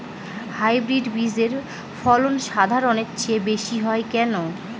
Hybrid বীজের ফলন সাধারণের চেয়ে বেশী হয় কেনো?